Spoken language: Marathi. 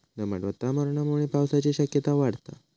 दमट वातावरणामुळे पावसाची शक्यता वाढता